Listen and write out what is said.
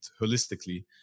holistically